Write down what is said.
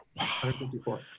154